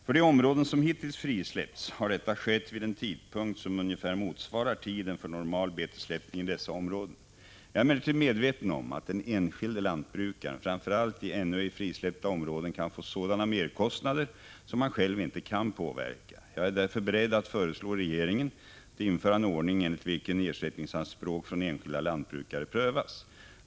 För de områden som hittills frisläppts har detta skett vid en tidpunkt som ungefär motsvarar tiden för normal betessläppning i dessa områden. Jag är emellertid medveten om att den enskilde lantbrukaren, framför allt i ännu ej frisläppta områden, kan få sådana merkostnader som han själv inte kan påverka. Jag är därför beredd att föreslå regeringen att införa en ordning enligt vilken ersättningsanspråk från enskilda lantbrukare prövas.